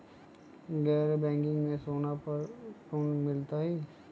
गैर बैंकिंग में सोना पर लोन मिलहई?